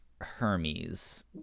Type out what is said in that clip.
Hermes